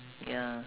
ya